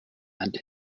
and